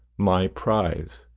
my prize.